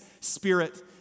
spirit